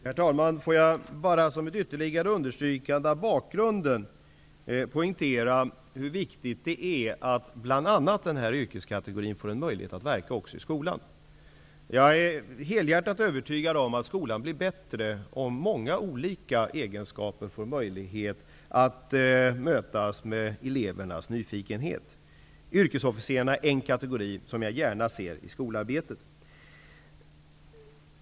Herr talman! Låt mig bara som ett ytterligare understrykande av bakgrunden poängtera hur viktigt det är att bl.a. denna yrkeskategori får en möjlighet att verka också i skolan. Jag är helhjärtat övertygad om att skolan blir bättre, om många olika egenskaper får möjlighet att mötas av elevernas nyfikenhet. Yrkesofficerarna är en kategori som jag gärna ser i skolarbetet.